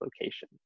location